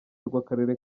rw’akarere